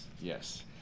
Yes